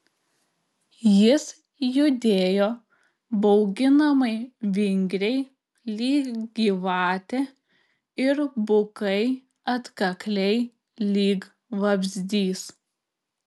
jis judėjo bauginamai vingriai lyg gyvatė ir bukai atkakliai lyg vabzdys